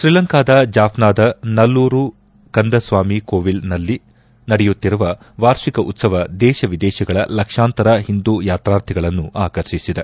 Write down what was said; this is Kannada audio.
ಶ್ರೀಲಂಕಾದ ಜಾಫ್ನಾದ ನಲ್ಲೂರು ಕಂದಸ್ವಾಮಿ ಕೋವಿಲ್ನಲ್ಲಿ ನಡೆಯುತ್ತಿರುವ ವಾರ್ಷಿಕ ಉತ್ತವ ದೇಶ ವಿದೇಶಗಳ ಲಕ್ಷಾಂತರ ಹಿಂದೂ ಯತ್ರಾರ್ಥಿಗಳನ್ನು ಆಕರ್ಷಿಸಿದೆ